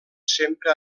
sempre